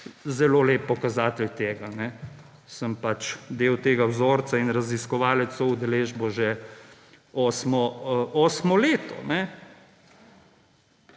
zelo lep pokazatelj tega. Sem pač del tega vzorca in raziskovalec s soudeležbo že osmo leto.